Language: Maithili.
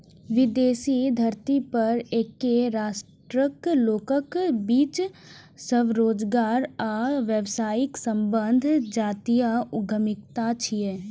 विदेशी धरती पर एके राष्ट्रक लोकक बीच स्वरोजगार आ व्यावसायिक संबंध जातीय उद्यमिता छियै